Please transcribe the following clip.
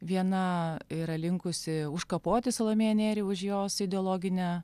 viena yra linkusi užkapoti salomėją nėrį už jos ideologinę